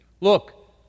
Look